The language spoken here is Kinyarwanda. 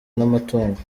n’amatungo